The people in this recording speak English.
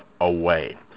away